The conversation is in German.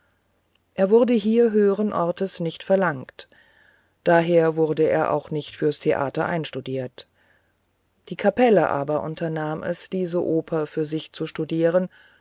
er wurde hier höheren orts nicht verlangt daher wurde er auch nicht fürs theater einstudiert die kapelle aber unternahm es diese oper für sich zu studieren